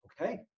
Okay